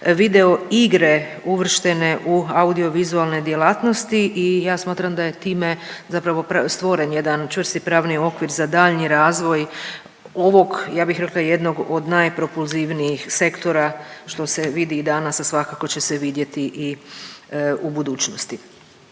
videoigre uvrštene u audiovizualne djelatnosti i ja smatram da je time zapravo stvoren jedan čvrsti pravni okvir za daljnji razvoj ovog, ja bih rekla jednog od najpropulzivnijih sektora, što se vidi i danas, a svakako će se vidjeti i u budućnosti.